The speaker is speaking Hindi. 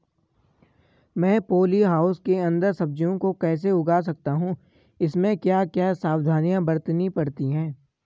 मैं पॉली हाउस के अन्दर सब्जियों को कैसे उगा सकता हूँ इसमें क्या क्या सावधानियाँ बरतनी पड़ती है?